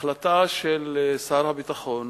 ההחלטה של שר הביטחון